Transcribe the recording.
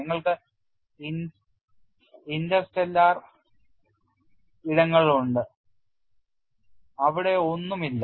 നിങ്ങൾക്ക് ഇന്റർസ്റ്റെല്ലാർ ഇടങ്ങളുണ്ട് അവിടെ ഒന്നും ഇല്ല